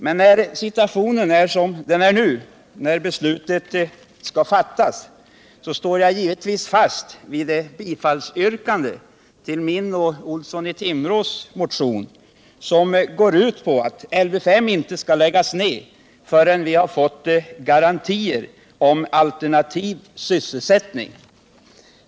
Men när situationen är sådan som nu, när beslutet skall fattas, står jag givetvis fast vid mitt bifallsyrkande till Stig Olssons och min motion som går ut på att Lv 5 inte skall läggas ned förrän vi har fått garantier för alternativ sysselsättning.